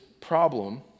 problem